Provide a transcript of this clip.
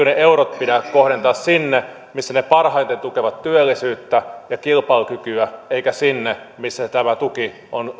ne eurot pidä kohdentaa sinne missä ne parhaiten tukevat työllisyyttä ja kilpailukykyä eikä sinne missä tämä tuki on